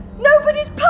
Nobody's